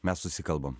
mes susikalbam